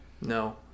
No